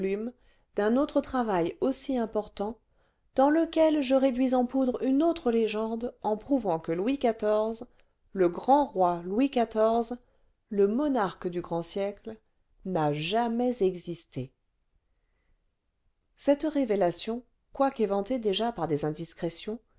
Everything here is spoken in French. d'un autre travail aussi important dans lequel je réduis en poudre une autre légende en prouvant que louis xiv le grand roi louis xiv le monarque du grand siècle n'a jamais existé cette révélation quoique éventée déjà par des indiscrétions